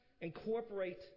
incorporate